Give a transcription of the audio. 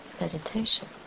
meditation